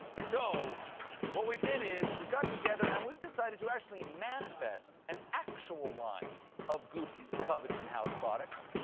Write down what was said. so what we did is we got together, and we decided to actually manifest an actual line of goop covetton house products,